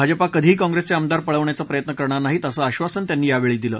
भाजपा कधीही काँग्रेसचे आमदार पळवण्याचा प्रयत्न करणार नाहीत असं आश्वासन त्यांनी यावेळी दिलं